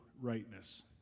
rightness